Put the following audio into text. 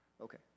Okay